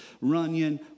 Runyon